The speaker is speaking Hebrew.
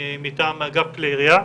מטעם אגף כלי יריה,